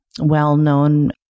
well-known